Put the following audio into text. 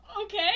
okay